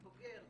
בוגר,